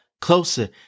closer